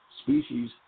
species